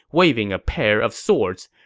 waving a pair of swords.